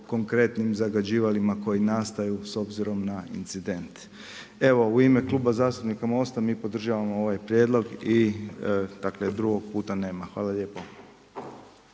konkretnim zagađivalima koji nastaju s obzirom na incident. U ime Kluba zastupnika MOST-a mi podržavamo ovaj prijedlog i drugog puta nema. Hvala lijepo.